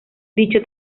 dicho